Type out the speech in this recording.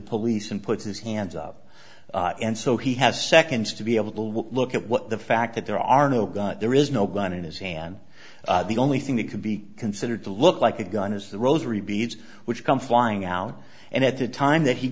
police and puts his hands up and so he has seconds to be able to look at what the fact that there are no gun there is no gun in his hand the only thing that can be considered to look like a gun is the rosary beads which come flying out and at the time that he